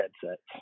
headsets